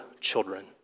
children